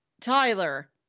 Tyler